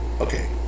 okay